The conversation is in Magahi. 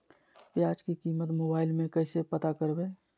प्याज की कीमत मोबाइल में कैसे पता करबै?